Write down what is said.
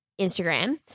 Instagram